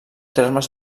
termes